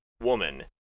Woman